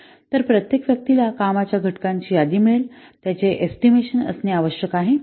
तर प्रत्येक व्यक्ती ला कामाच्या घटकांची यादी मिळेल त्यांचे एस्टिमेशन असणे आवश्यक आहे